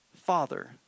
father